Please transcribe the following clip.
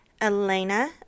Elena